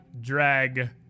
drag